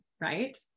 right